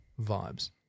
vibes